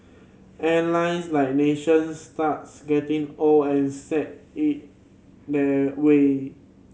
airlines like nations starts getting old and set in their way